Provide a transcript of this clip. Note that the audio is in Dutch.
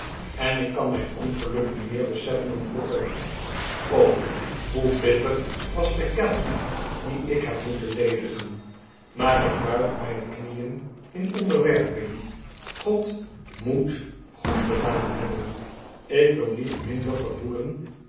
en ik kan mijn ongeluk nu meer beseffen dan vroeger o hoe bitter was de kelk dien ik heb moeten ledigen maar ik buig mijne knieën in onderwerping god moet goed gedaan hebben ik wil niet minder gevoelen